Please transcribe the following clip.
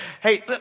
Hey